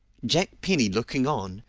jack penny looking on,